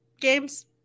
games